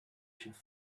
should